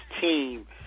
team